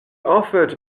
offered